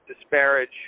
disparage